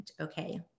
okay